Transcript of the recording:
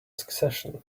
succession